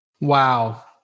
Wow